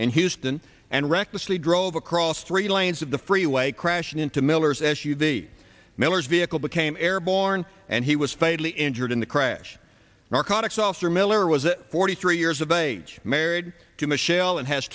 and houston and recklessly drove across three lanes of the freeway crashing into miller's as you the miller's vehicle became airborne and he was fatally injured in the crash narcotics officer miller was a forty three years of age married to michelle and has